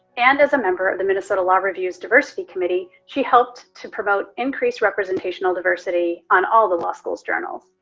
and as a member of the minnesota law review's diversity committee, she helped to promote increased representational diversity on all the law schools journals.